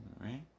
right